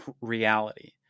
reality